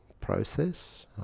process